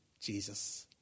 Jesus